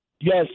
Yes